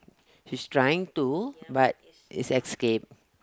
he's trying to but is escaped